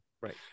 right